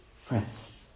friends